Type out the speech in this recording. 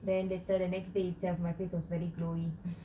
then later the next day itself my face was very glowy